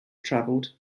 travelled